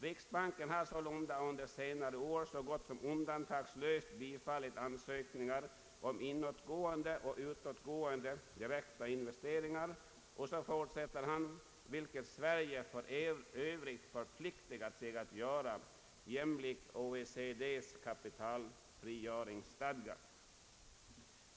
Riksbanken har sålunda under senare år så gott som undantagslöst bifallit ansökningar om inåtgående och utåtgående direkta investeringar, och så fortsätter han: vilket Sverige för övrigt förpliktigat sig att göra jämlikt OECD:s kapitalfrigöringsstadga.